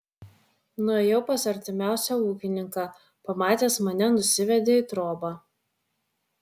nuėjau pas artimiausią ūkininką pamatęs mane nusivedė į trobą